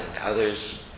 others